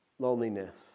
loneliness